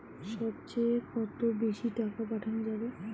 সব চেয়ে কত বেশি টাকা পাঠানো যাবে?